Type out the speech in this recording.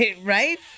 Right